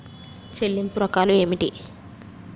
చెల్లింపు రకాలు ఏమిటి?